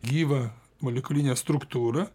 gyvą molekulinę struktūrą